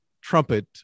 trumpet